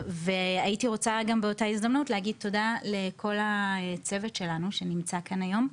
הייתי רוצה גם באותה הזדמנות להגיד תודה לכל הצוות שלנו שנמצא כאן היום,